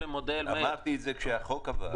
אמרתי את זה כשהחוק עבר.